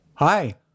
Hi